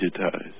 digitized